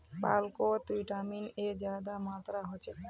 पालकोत vitamin A ज्यादा मात्रात होछे